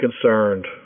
concerned